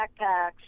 backpacks